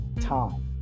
Time